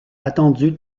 attendue